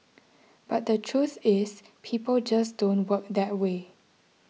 but the truth is people just don't work that way